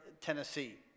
Tennessee